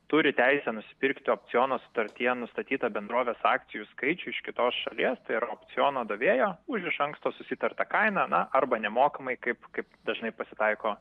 turi teisę nusipirkti opciono sutartyje nustatytą bendrovės akcijų skaičių iš kitos šalies tai yra opciono davėjo už iš anksto susitartą kainą arba nemokamai kaip kaip dažnai pasitaiko